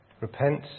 Repent